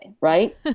right